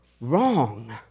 wrong